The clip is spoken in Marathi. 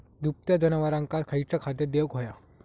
दुभत्या जनावरांका खयचा खाद्य देऊक व्हया?